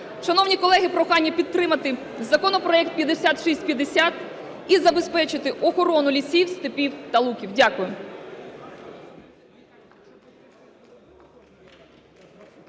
Шановні колеги, прохання підтримати законопроект 5650 і забезпечити охорону лісів, степів та луків. Дякую.